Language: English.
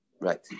Right